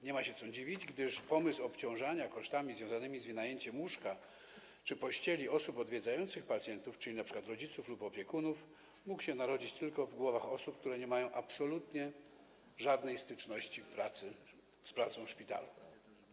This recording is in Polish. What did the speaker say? Nie ma się co dziwić, gdyż pomysł obciążania kosztami związanymi z wynajęciem łóżka czy praniem pościeli osób odwiedzających pacjentów, czyli np. rodziców lub opiekunów, mógł się narodzić tylko w głowach tych, którzy nie mają absolutnie żadnej styczności z pracą szpitalną.